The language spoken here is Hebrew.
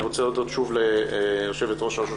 אני רוצה להודות שוב ליושבת-ראש רשות